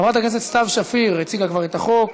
חברת הכנסת סתיו שפיר, הציגה כבר את החוק.